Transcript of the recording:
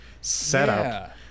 setup